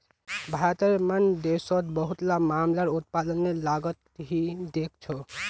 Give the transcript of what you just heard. भारतेर मन देशोंत बहुतला मामला उत्पादनेर लागतक ही देखछो